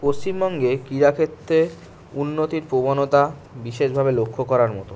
পশ্চিমবঙ্গে ক্রীড়াক্ষেত্রে উন্নতির প্রবণতা বিশেষভাবে লক্ষ্য করার মতন